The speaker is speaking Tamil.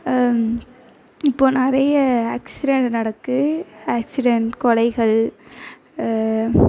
இப்போது நிறைய ஆக்சிடென்ட் நடக்குது ஆக்சிடென்ட் கொலைகள்